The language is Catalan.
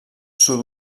sud